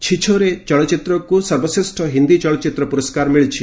'ଛିଛୋରେ' ଚଳଚ୍ଚିତ୍ରକୁ ସର୍ବଶ୍ରେଷ୍ଠ ହିନ୍ଦୀ ଚଳଚ୍ଚିତ୍ର ପୁରସ୍କାର ମିଳିଛି